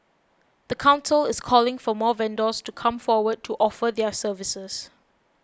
the council is calling for more vendors to come forward to offer their services